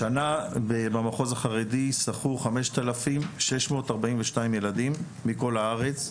השנה במחוז החרדי שחו 5,642 ילדים מכל הארץ.